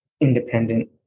independent